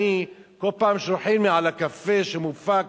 כל פעם שולחים לי על הקפה שמופק